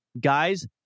guys